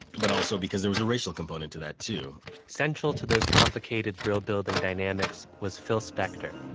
but also because there was a racial component to that too central to those complicated brill building dynamics was phil spector